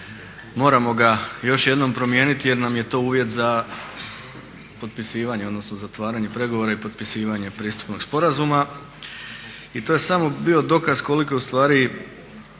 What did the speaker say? moramo ga još jednom promijeniti jer nam je to uvjet za potpisivanje, odnosno zatvaranje pregovora i potpisivanje pristupnog sporazuma. I to je samo bio dokaz koliko je u stvari